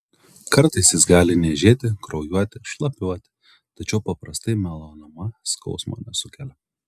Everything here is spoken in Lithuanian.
kartais jis gali niežėti kraujuoti šlapiuoti tačiau paprastai melanoma skausmo nesukelia